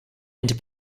into